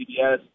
CBS